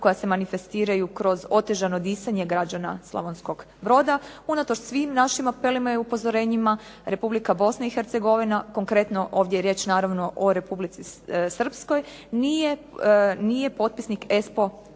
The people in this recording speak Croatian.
koja se manifestiraju kroz otežano disanje građana Slavonskog Broda. Unatoč svim našim apelima i upozorenjima Republika Bosna i Hercegovina konkretno ovdje je riječ naravno o Republici Srpskoj nije potpisnik ESPO